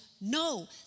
No